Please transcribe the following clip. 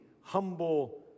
humble